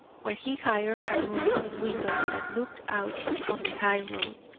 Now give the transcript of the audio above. where he hired a room with windows that looked out on the high-road.